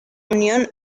unión